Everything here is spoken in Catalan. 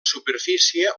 superfície